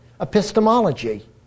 Epistemology